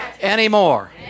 anymore